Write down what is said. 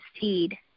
seed